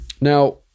Now